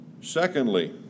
secondly